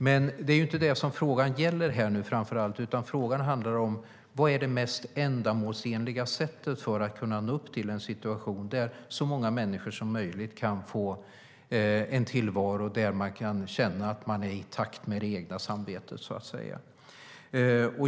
Men det är inte det som frågan gäller nu, framför allt, utan frågan handlar om: Vad är det mest ändamålsenliga sättet för att man ska kunna komma till en situation där så många människor som möjligt kan få en tillvaro där de kan känna att de är i takt med det egna samvetet, så att säga?